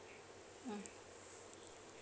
mm